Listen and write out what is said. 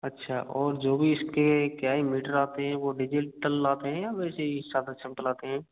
अच्छा और जो भी इस के क्या ही मीटर आते हैं वो डिजिटल आते हैं या वैसे ही सादा सिंपल आते हैं